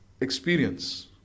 experience